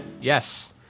Yes